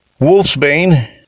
wolfsbane